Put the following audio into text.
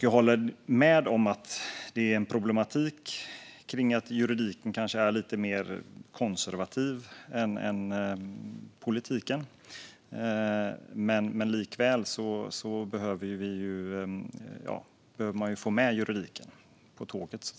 Jag håller med om att det finns en problematik i att juridiken är lite mer konservativ än politiken, men likväl behöver man få med juridiken på tåget.